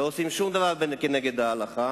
לא עושים שום דבר כנגד ההלכה,